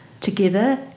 together